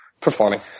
performing